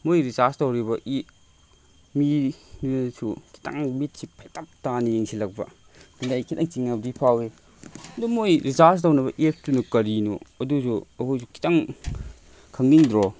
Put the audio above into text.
ꯃꯣꯏ ꯔꯤꯆꯥꯔꯖ ꯇꯧꯔꯤꯕ ꯃꯤꯗꯨꯅꯁꯨ ꯈꯤꯇꯪ ꯃꯤꯠꯁꯤ ꯐꯩꯇꯛ ꯇꯥꯅ ꯌꯦꯡꯁꯤꯜꯂꯛꯄ ꯑꯗꯨ ꯑꯩ ꯈꯤꯇꯪ ꯆꯤꯡꯅꯕꯗꯤ ꯐꯥꯎꯏ ꯑꯗꯨ ꯃꯣꯏ ꯔꯤꯆꯥꯔꯖ ꯇꯧꯅꯕ ꯑꯦꯞꯁꯇꯨꯅ ꯀꯔꯤꯅꯣ ꯑꯗꯨꯁꯨ ꯑꯩꯈꯣꯏꯁꯨ ꯈꯤꯇꯪ ꯈꯪꯅꯤꯡꯗ꯭ꯔꯣ